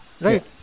Right